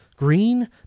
green